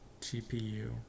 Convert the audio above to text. GPU